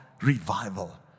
revival